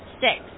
Six